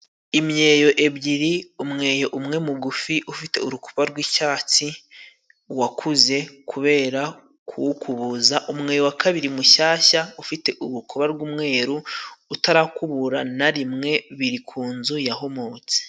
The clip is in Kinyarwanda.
Imyeyo ebyiri umweyo umwe mugufi, ufite urukuba rw'icyatsi wakuze kubera ku wukubuza. Umweyo wa kabiri mushyashya, ufite urukuba rw'umweru utarakubura na rimwe biri ku nzu yahumotse.